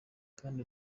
kandi